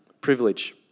privilege